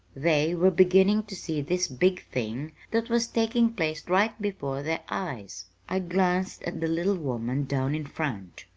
they were beginning to see this big thing that was taking place right before their eyes. i glanced at the little woman down in front.